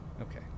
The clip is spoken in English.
Okay